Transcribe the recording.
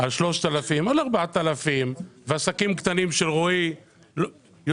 על 3,000, על 4,000 ועסקים קטנים של רועי יוציאו